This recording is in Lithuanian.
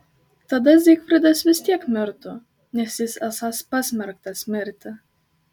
tada zygfridas vis tiek mirtų nes jis esąs pasmerktas mirti